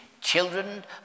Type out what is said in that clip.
children